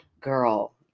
Girl